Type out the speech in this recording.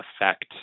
affect